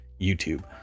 YouTube